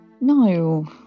no